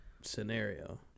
scenario